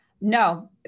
No